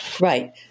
Right